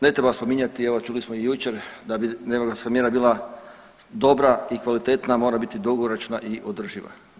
Ne treba spominjati evo čuli smo i jučer da bi demografska mjera bila dobra i kvalitetna mora biti dugoročna i održiva.